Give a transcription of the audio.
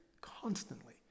constantly